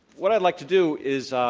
what i'd like to do is ah